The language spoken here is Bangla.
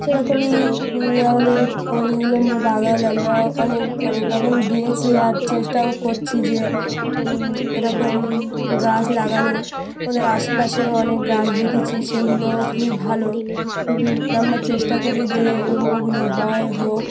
সেরকমই আমাদের ওই উল্লম্ব বাগান আমরা অনেক অনেক রকম দিয়েছি আর চেষ্টাও করছি যে এরকম গাছ লাগানোর আমাদের আশেপাশেও অনেক গাছ দেখেছি সেগুলোও খুবই ভালো খুবই আমরা চেষ্টা করি যে এ ওগুলো হয় হোক